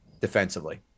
defensively